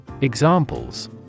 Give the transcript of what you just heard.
Examples